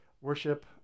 Worship